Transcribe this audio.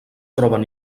troben